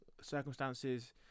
circumstances